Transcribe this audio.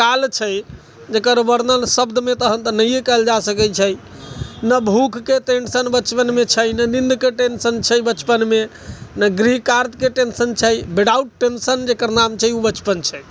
काल छै जेकर वर्णन शब्द मे तहन त नहिए कयल जा सकै छै ना भूख के टेंसन बचपन मे छै ना नींद के टेंसन छै बचपन मे ना गृहकार्य के टेंसन छै विधाउट टेंसन जेकर नाम छै ओ बचपन छै